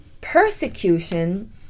persecution